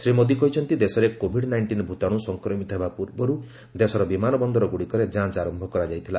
ଶ୍ରୀ ମୋଦି କହିଛନ୍ତି ଦେଶରେ Covid nineteen ଭୂତାଣୁ ସଂକ୍ରମିତ ହେବା ପୂର୍ବରୁ ଦେଶର ବିମାନ ବନ୍ଦରଗୁଡ଼ିକରେ ଯାଞ୍ଚ ଆରମ୍ଭ କରାଯାଇଥିଲା